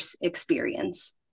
experience